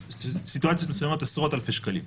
בסיטואציות מסוימות עשרות אלפי שקלים.